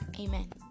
Amen